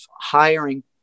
hiring